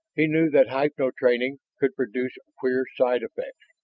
he knew that hypno-training could produce queer side effects,